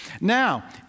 Now